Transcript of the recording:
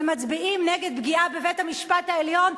ומצביעים נגד פגיעה בבית-המשפט העליון,